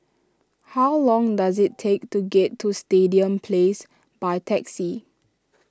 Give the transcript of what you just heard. how long does it take to get to Stadium Place by taxi